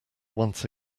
once